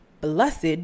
Blessed